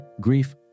grief